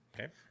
okay